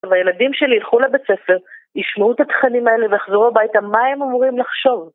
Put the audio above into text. והילדים שלי ילכו לבית ספר, ישמעו את התכנים האלה ויחזרו הביתה, מה הם אמורים לחשוב?